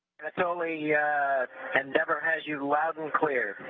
anatoly, yeah endeavor has you loud and clear.